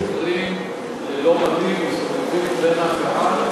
ששוטרים ללא מדים מסתובבים בקהל,